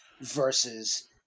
versus